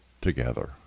together